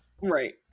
Right